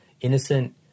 innocent